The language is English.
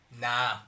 nah